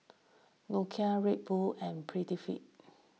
Nokia Red Bull and Prettyfit